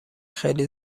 خیلی